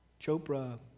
Chopra